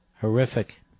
horrific